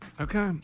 Okay